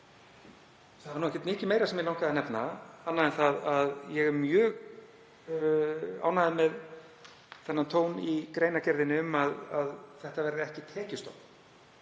Það var nú ekki mikið fleira sem mig langaði að nefna, annað en það að ég er mjög ánægður með tóninn í greinargerðinni, að þetta verður ekki tekjustofn,